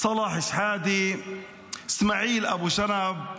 סאלח שחאדה, איסמאעיל אבו שנב,